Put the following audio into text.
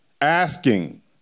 asking